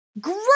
great